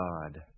God